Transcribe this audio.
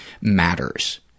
matters